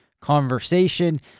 conversation